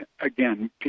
again